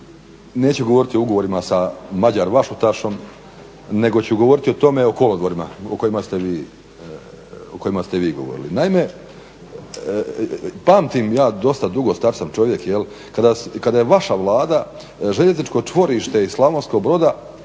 Neću govoriti sa ugovorima sa Magyar vasutasom nego ću govoriti o kolodvorima o kojima ste vi govorili. Naime, pamtim ja dosta dugo,s tar sam čovjek, kada je vaša vlada željezničko čvorište iz Slavonskog Broda